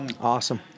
awesome